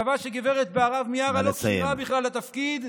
קבע שהגב' בהרב מיארה לא כשירה בכלל לתפקיד,